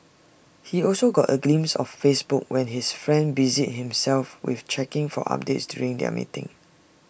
he also got A glimpse of Facebook when his friend busied himself with checking for updates during their meeting